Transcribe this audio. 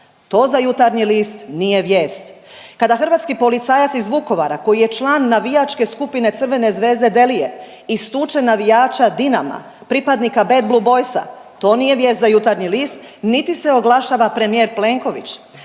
to za Jutarnji list nije vijest. Kada hrvatski policajac iz Vukovara koji je član navijačke skupine Crvene zvezde – Delije istuče navijača Dinama pripadnika Bad Blue Boysa, to nije vijest za Jutarnji list niti se oglašava premijer Plenković